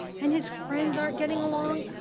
and his friends aren't getting along.